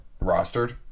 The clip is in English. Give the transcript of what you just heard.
rostered